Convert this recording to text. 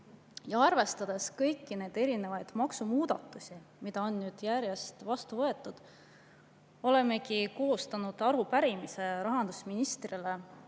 Arvestades kõiki neid erinevaid maksumuudatusi, mida on nüüd järjest vastu võetud, olemegi koostanud arupärimise rahandusministrile